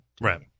Right